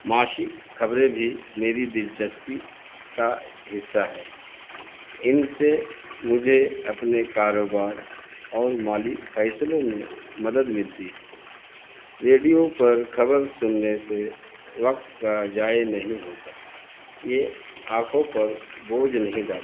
معاشی خبریں بھی میری دلچسپی کا حصہ ہے ان سے مجھے اپنے کاروبار اور مالی فیصلوں میں مدد ملتی ہے ریڈیو پر خبر سننے سے وقت کا ضائع نہیں ہوتا یہ آنکھوں پر بوجھ نہیں ڈالتا